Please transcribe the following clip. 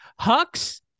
Hux